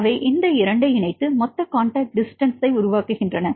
அவை இந்த 2 ஐ இணைத்து மொத்த காண்டாக்ட் டிஸ்டன்ஸ் உருவாக்குகின்றன